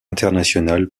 internationale